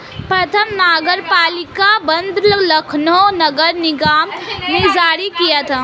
प्रथम नगरपालिका बॉन्ड लखनऊ नगर निगम ने जारी किया था